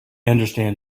understand